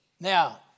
Now